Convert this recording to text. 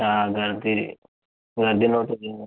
हा गर्दी गर्दी नव्हती तिकडं